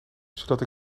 zodat